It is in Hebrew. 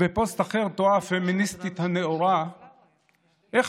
ובפוסט אחר תוהה הפמיניסטית הנאורה איך